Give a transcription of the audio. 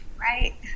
Right